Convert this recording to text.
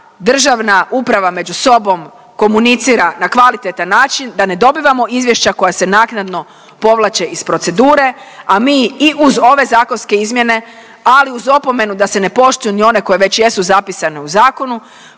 državna uprava među sobom komunicira na kvalitetan način, da ne dobivamo izvješća koja se naknadno povlače iz procedure, a mi i uz ove zakonske izmjene, ali uz opomenu da se ne poštuju ni one koje već jesu zapisane u zakonu,